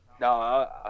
No